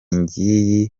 ngiyi